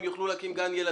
הם יוכלו להקים גן ילדים.